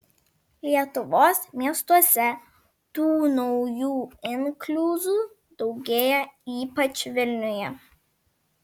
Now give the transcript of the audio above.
lietuvos miestuose tų naujų inkliuzų daugėja ypač vilniuje